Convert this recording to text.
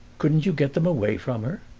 couldn't you get them away from her?